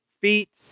feet